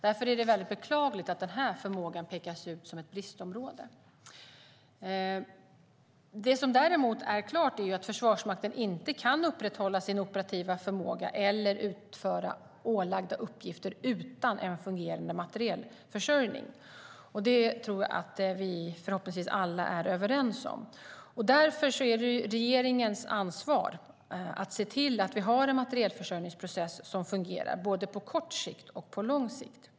Därför är det beklagligt att den här förmågan pekas ut som ett bristområde. Det som däremot är klart är att Försvarsmakten inte kan upprätthålla sin operativa förmåga eller utföra ålagda uppgifter utan en fungerande materielförsörjning. Det är förhoppningsvis vi alla överens om. Det är regeringens ansvar att se till att vi har en materielförsörjningsprocess som fungerar på både kort och lång sikt.